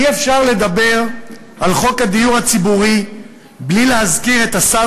אי-אפשר לדבר על חוק הדיור הציבורי בלי להזכיר את השר